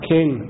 King